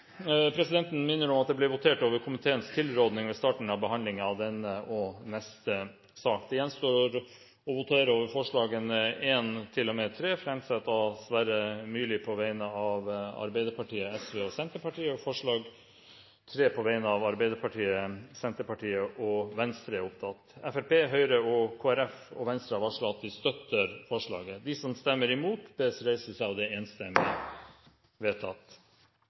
Presidenten minner om at det ble votert over komiteens tilråding ved starten av behandlingen av denne og neste sak. Det gjenstår å votere over forslagene nr. 1–3, framsatt av Sverre Myrli på vegne av Arbeiderpartiet, Sosialistisk Venstreparti og Senterpartiet. Det voteres først over forslag nr. 3. Forslaget lyder: «I forbindelse med de årlige budsjettene forelegges Stortingets utenriks- og forsvarskomité en oversikt over spesialstyrkenes operative status, evner, kapasiteter og ressurser.» Fremskrittspartiet, Høyre, Kristelig Folkeparti og Venstre har varslet at de støtter forslaget. Det